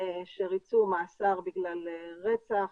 שריצו מאסר בגלל רצח,